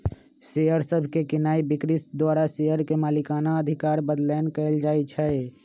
share सभके कीनाइ बिक्री द्वारा शेयर के मलिकना अधिकार बदलैंन कएल जाइ छइ